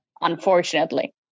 Unfortunately